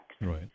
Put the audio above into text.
Right